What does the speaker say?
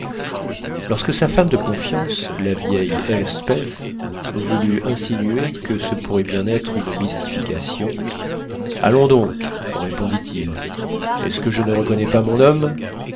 lorsque sa femme de confiance la vieille elspeth voulut insinuer que ce pourrait bien être une mystification allons donc répondit-il est-ce que je ne reconnais pas mon homme